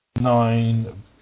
Nine